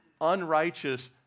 unrighteous